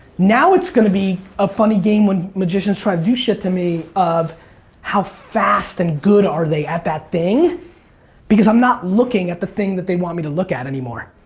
now it's going to be a funny game, when magicians try to do shit to me, of how fast and good are they at that thing because i'm not looking at the thing that they want me to look at anymore.